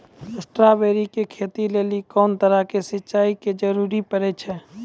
Strawberry के खेती लेली कोंन तरह के सिंचाई के जरूरी पड़े छै?